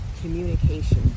communication